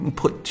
put